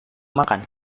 makan